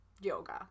yoga